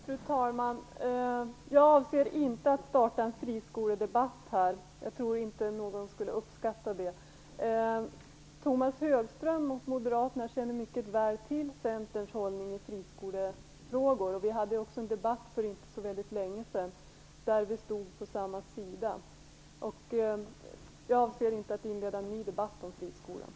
Fru talman! Jag avser inte att starta en friskoledebatt här. Jag tror inte att någon skulle uppskatta det. Tomas Högström och Moderaterna känner mycket väl till Centerns hållning i friskolefrågor. Vi hade också en debatt för inte så väldigt länge sedan där vi stod på samma sida. Jag avser inte att inleda en ny debatt om friskolorna.